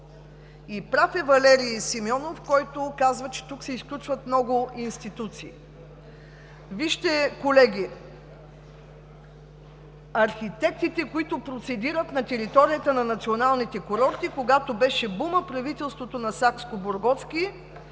И прав е Валери Симеонов, който казва, че тук се изключват много институции. Колеги, главните архитекти и сега процедират на територията на националните курорти. Когато беше бумът, правителството на Сакскобургготски